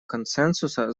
консенсуса